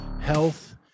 health